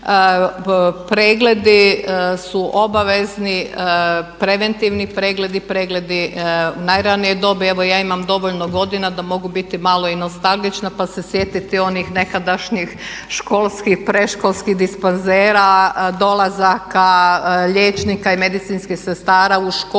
pregledi su obavezni, preventivni pregledi, pregledi najranije dobi. Evo ja imam dovoljno godina da mogu biti malo i nostalgična pa se sjetiti onih nekadašnjih školskih, predškolskih dispanzera, dolazaka liječnika i medicinskih sestara u škole